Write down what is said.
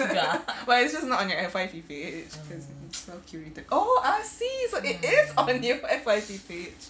but it's just not on your F_Y_P page cause it's well curated oh I see it is on your F_Y_P page